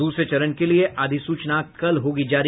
दूसरे चरण के लिए अधिसूचना कल होगी जारी